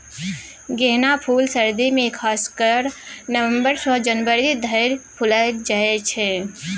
गेना फुल सर्दी मे खास कए नबंबर सँ जनवरी धरि फुलाएत छै